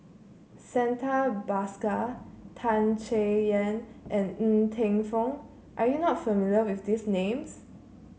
Santha Bhaskar Tan Chay Yan and Ng Teng Fong are you not familiar with these names